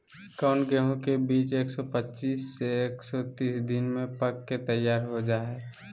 कौन गेंहू के बीज एक सौ पच्चीस से एक सौ तीस दिन में पक के तैयार हो जा हाय?